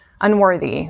unworthy